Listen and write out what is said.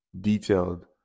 detailed